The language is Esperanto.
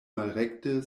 malrekte